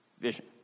vision